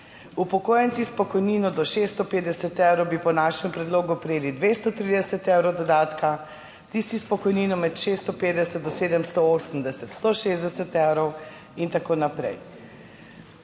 Upokojenci s pokojnino do 650 evrov bi po našem predlogu prejeli 230 evrov dodatka, tisti s pokojnino med 650 do 780, 160 evrov in tako naprej.